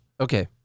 Okay